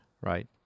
right